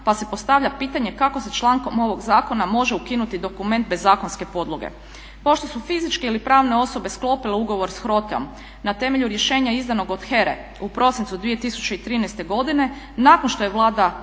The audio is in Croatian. pa se postavlja pitanje kako se člankom ovog zakona može ukinuti dokument bez zakonske podloge? Pošto su fizičke ili pravne osobe sklopile ugovor s HROTE-om na temelju rješenja izdanog od HERA-e u prosincu 2013. godine nakon što je Vlada